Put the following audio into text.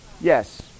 yes